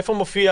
איפה זה מופיע?